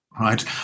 right